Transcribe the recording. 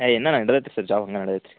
ಹಾಂ ಇನ್ನೂ ನಡೆದೈತ್ರಿ ಸರ್ ಜಾಬ್ ಹಂಗೇ ನಡೆದೈತ್ರಿ